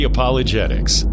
Apologetics